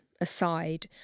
aside